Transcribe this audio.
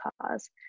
cause